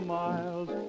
miles